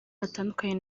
batandukanye